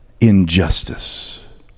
injustice